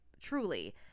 truly